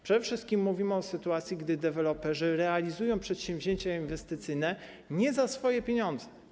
Przede wszystkim mówimy o sytuacji, gdy deweloperzy realizują przedsięwzięcia inwestycyjne nie za swoje pieniądze.